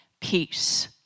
peace